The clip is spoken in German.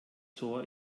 tor